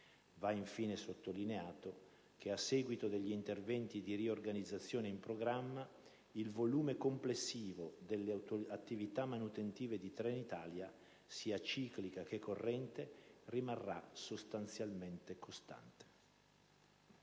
Va, infine, sottolineato che, a seguito degli interventi di riorganizzazione in programma, il volume complessivo delle attività manutentive di Trenitalia, sia cicliche che correnti, rimarrà sostanzialmente costante.